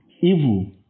evil